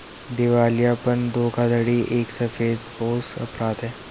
दिवालियापन धोखाधड़ी एक सफेदपोश अपराध है